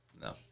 No